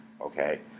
okay